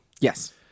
Yes